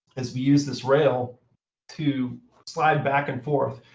is we used this rail to slide back and forth.